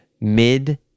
mid